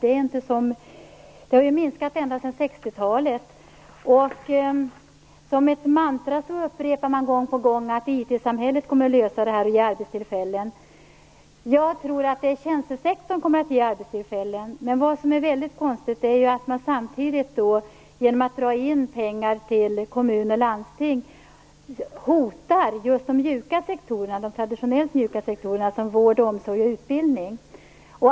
De har minskat ända sedan 60 talet. Som ett mantra upprepar man gång på gång att IT-samhället kommer att lösa det här och ge arbetstillfällen. Jag tror att också tjänstesektorn kommer att ge arbetstillfällen. Det är då väldigt konstigt att man genom att dra in pengar till kommuner och landsting hotar just de traditionellt mjuka sektorerna som vård, omsorg och utbildning.